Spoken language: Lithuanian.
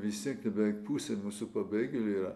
visi beveik pusė visų pabėgėlių yra